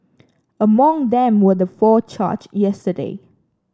among them were the four charged yesterday